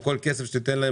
או כל כסף שתיתן להם